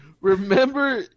Remember